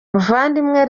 muvandimwe